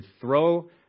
throw